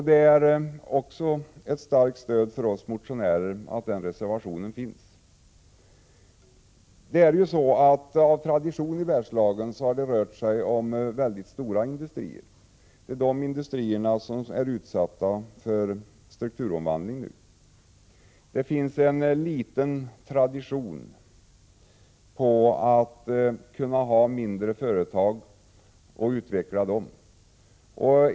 Det är ett starkt stöd för oss motionärer att den reservationen finns. Av tradition har det i Bergslagen rört sig om mycket stora industrier. Det är dessa industrier som nu är utsatta för strukturomvandling. Det finns däremot en liten tradition för att utveckla mindre företag.